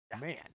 Man